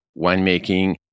winemaking